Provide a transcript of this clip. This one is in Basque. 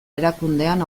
erakundean